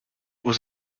was